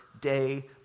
day